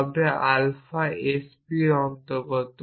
তবে alpha s p এর অন্তর্গত